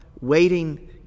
waiting